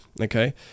Okay